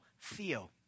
Theo